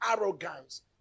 arrogance